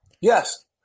Yes